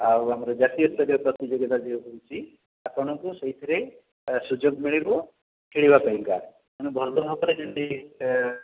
ଆଉ ଆମର ଜାତୀୟ ସ୍ତରୀୟ ପ୍ରତିଯୋଗିତା ଯେଉଁ ହେଉଛି ଆପଣଙ୍କୁ ସେଇଥିରେ ସୁଯୋଗ ମିଳିବ ଖେଳିବା ପାଇଁକା ମାନେ ଭଲ ଭାବରେ ଯେମିତି